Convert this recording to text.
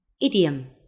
Idiom